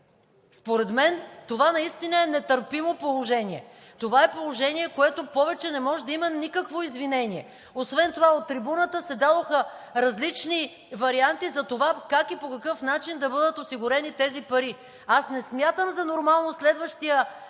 Според мен това наистина е нетърпимо положение. Това е положение, за което повече не може да има никакво извинение. Освен това от трибуната се дадоха различни варианти за това как и по какъв начин да бъдат осигурени тези пари. Не смятам за нормално следващият